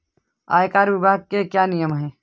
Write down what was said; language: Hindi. आयकर विभाग के क्या नियम हैं?